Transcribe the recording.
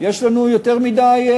יש לנו יותר מדי,